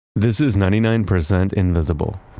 this is ninety-nine percent invisible.